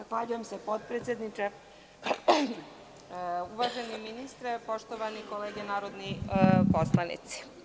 Zahvaljujem se potpredsedniče, uvaženi ministre, poštovane kolege narodni poslanici.